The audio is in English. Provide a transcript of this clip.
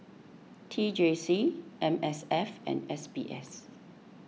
T J C M S F and S B S